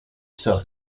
sell